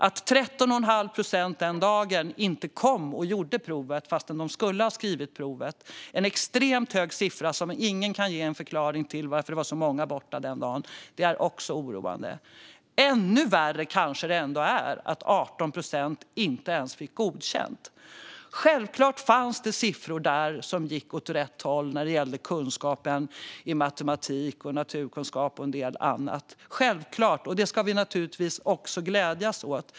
Det var 13 1⁄2 procent som inte kom och gjorde provet den dagen fast de skulle ha gjort det. Det är en extremt hög siffra, och ingen kan ge någon förklaring till varför så många var borta den dagen. Detta är också oroande. Ännu värre är kanske att 18 procent inte ens fick godkänt. Självklart fanns det siffror som gått åt rätt håll; det gällde kunskaper i matematik, naturkunskap och en del annat. Detta ska vi naturligtvis glädjas åt.